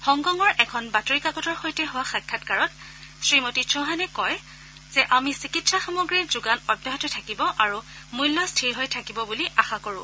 হংকঙৰ এখন বাতৰি কাকতৰ সৈতে হোৱা সাক্ষাৎকাৰত শ্ৰী মতি চৌহানে কয় যে আমি চিকিৎসা সামগ্ৰীৰ যোগান অব্যাহত থাকিব আৰু মূল্য স্থিৰ হৈ থাকিব বুলি আশা কৰো